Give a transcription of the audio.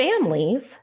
families